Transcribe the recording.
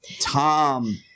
Tom